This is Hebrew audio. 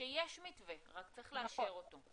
שיש מתווה רק צריך לאשר אותו.